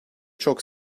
çok